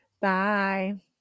Bye